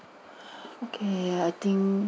okay I think